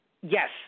Yes